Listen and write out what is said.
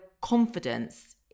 confidence